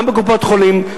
גם בקופות-חולים.